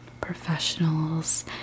professionals